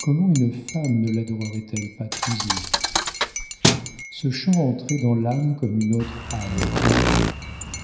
comment une femme ne ladorerait elle pas toujours ce chant entrait dans l'âme comme une autre âme